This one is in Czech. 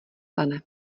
pane